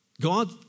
God